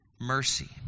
mercy